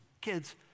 kids